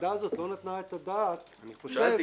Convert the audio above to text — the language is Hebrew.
והוועדה הזאת לא נתנה את הדעת אני חושב --- מעניין אותי,